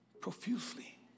profusely